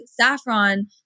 saffron